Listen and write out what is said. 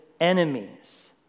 enemies